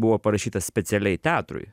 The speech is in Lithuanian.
buvo parašytas specialiai teatrui